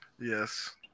Yes